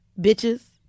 bitches